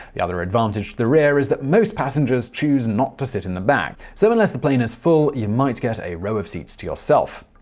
the other advantage to the rear is that most passengers choose not to sit in the back. so unless the plane is full, you might get a row of seats to yourself.